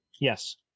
Yes